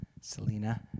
Selena